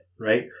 right